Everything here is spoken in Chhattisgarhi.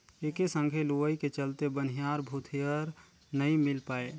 एके संघे लुवई के चलते बनिहार भूतीहर नई मिल पाये